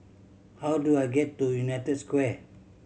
how do I get to United Square